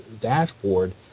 dashboard